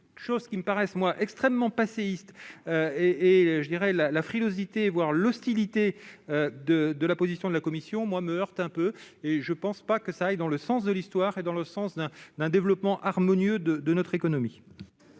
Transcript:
choses qui me paraissent moins extrêmement passéiste et et je dirais la la frilosité, voire l'hostilité de de la position de la commission moi me heurte un peu et je pense pas que ça aille dans le sens de l'histoire et dans le sens d'un d'un développement harmonieux de de notre économie.